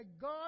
God